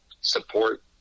support